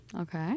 Okay